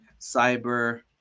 cyber